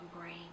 brain